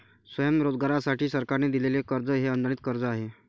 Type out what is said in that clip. स्वयंरोजगारासाठी सरकारने दिलेले कर्ज हे अनुदानित कर्ज आहे